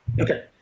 Okay